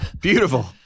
Beautiful